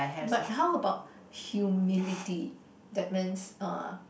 but how about humility that means uh